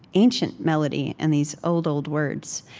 ancient melody and these old, old words.